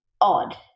odd